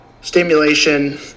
stimulation